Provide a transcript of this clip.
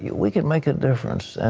we can make a difference.